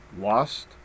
lost